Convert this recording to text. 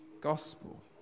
gospel